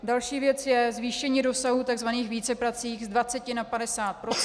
Další věc je zvýšení rozsahu takzvaných víceprací z 20 na 50 %.